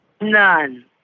None